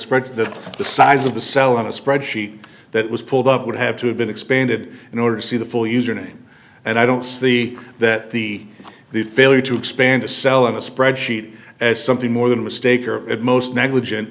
thread that the size of the cell on a spreadsheet that was pulled up would have to have been expanded in order to see the full username and i don't see that the the failure to expand a cell in a spreadsheet as something more than a mistake or at most negligent